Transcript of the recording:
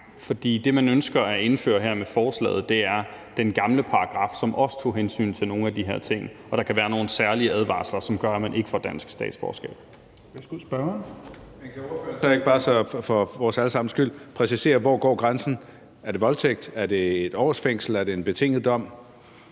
for det, man ønsker at indføre her med forslaget, er den gamle paragraf, som også tog hensyn til nogle af de her ting. Og der kan være nogle særlige advarsler, som gør, at man ikke får dansk statsborgerskab. Kl. 16:25 Fjerde næstformand (Rasmus Helveg Petersen):